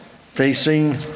facing